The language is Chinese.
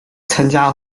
参加